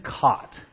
caught